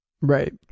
right